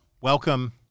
Welcome